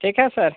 ठीक है सर